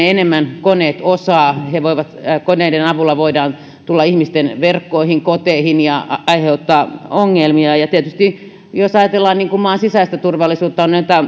enemmän koneet osaavat koneiden avulla voidaan tulla ihmisten verkkoihin koteihin ja aiheuttaa ongelmia ja ja tietysti jos ajatellaan maan sisäistä turvallisuutta on